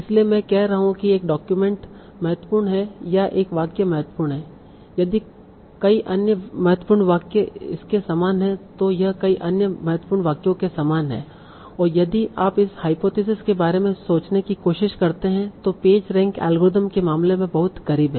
इसलिए मैं कह रहा हूं कि एक डॉक्यूमेंट महत्वपूर्ण है या एक वाक्य महत्वपूर्ण है यदि कई अन्य महत्वपूर्ण वाक्य इसके समान हैं तो यह कई अन्य महत्वपूर्ण वाक्यों के समान है और यदि आप इस हाइपोथिसिस के बारे में सोचने की कोशिश करते हैं जो पेज रैंक एल्गोरिथ्म के मामले में बहुत करीब है